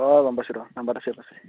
অঁ গম পাইছোঁ দক নাম্বাৰটো চেভ আছে